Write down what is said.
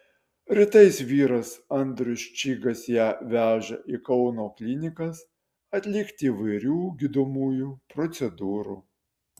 rytais vyras andrius čygas ją veža į kauno klinikas atlikti įvairių gydomųjų procedūrų